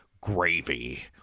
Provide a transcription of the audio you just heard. gravy